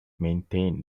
maintained